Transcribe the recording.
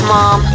Mom